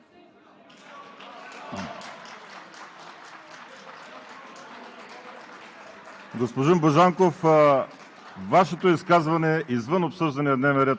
България се събужда ужасно бавно, но слънцето е вече изгряло. Ще се става!